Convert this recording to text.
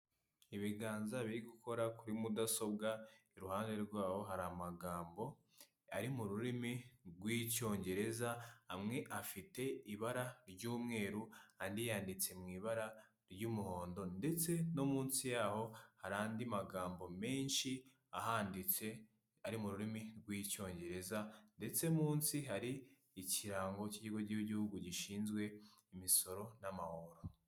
Ibiganza biri gukora kuri mudasobwa iruhande rwaho hari amagambo ari mu rurimi rw'icyongereza amwe afite ibara ry'umweru andi yanyanditse mu ibara ry'umuhondo ndetse no munsi yaho hari andi magambo menshi ahanditse ari mu rurimi rw'icyongereza ndetse munsi hari ikirango cy'ikigo cy'igihugu gishinzwe imisoro n'amahoro.